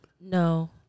no